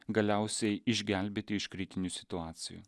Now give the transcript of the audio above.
galiausiai išgelbėti iš kritinių situacijų